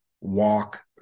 walk